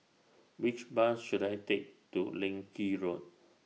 Which Bus should I Take to Leng Kee Road